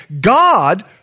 God